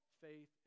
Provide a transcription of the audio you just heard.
faith